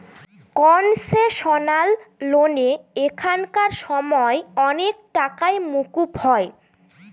concessional লোনে এখানকার সময় অনেক টাকাই মকুব হয়